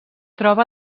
troba